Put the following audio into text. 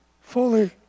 fully